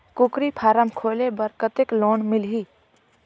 कूकरी फारम खोले बर कतेक लोन मिलही?